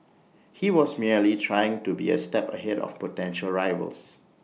he was merely trying to be A step ahead of potential rivals